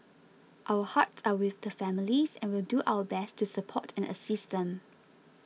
our hearts are with the families and will do our best to support and assist them